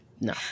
No